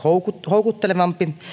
houkuttelevampi